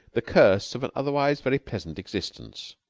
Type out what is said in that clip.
the curse of an otherwise very pleasant existence.